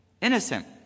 Innocent